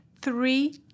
three